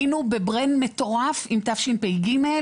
היינו בלחץ מטורף עם תשפ"ב,